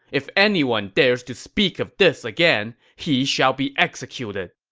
if anyone dares to speak of this again, he shall be executed!